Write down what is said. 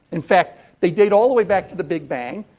in fact, they date all the way back to the big bang.